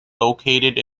located